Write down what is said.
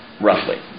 roughly